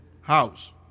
house